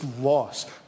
lost